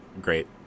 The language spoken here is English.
great